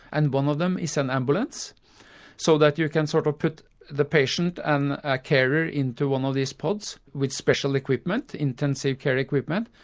and one of them is an ambulance so that you can sort of put the patient and a carer into one of these pods with special equipment, intensive care equipment,